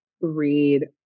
read